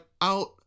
out